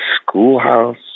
schoolhouse